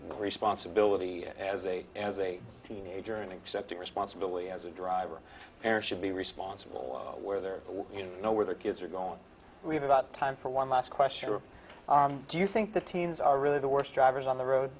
responsibility as a as a teenager and accepting responsibility as a driver parents should be responsible where they're know where their kids are going without time for one last question do you think the teens are really the worst drivers on the road